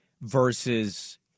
versus